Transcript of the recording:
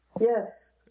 Yes